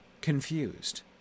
confused